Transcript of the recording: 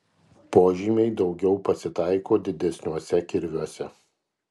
požymiai daugiau pasitaiko didesniuose kirviuose